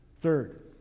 Third